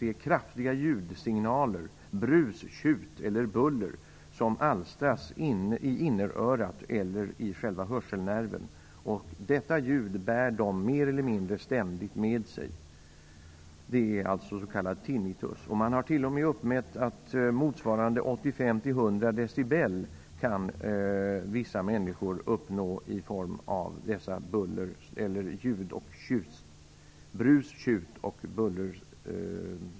Det är kraftiga ljudsignaler, brus, tjut eller buller som alstras inne i innerörat eller i själva hörselnerven. Dessa ljud bär den drabbade mer eller mindre ständigt med sig. Man har uppmätt att dessa brus-, tjut och bullerljud i örat kan motsvara så mycket som 85-100 decibel.